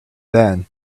then